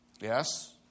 Yes